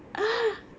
a'ah